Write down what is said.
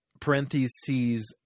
parentheses